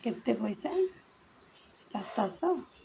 କେତେ ପଇସା ସାତଶହ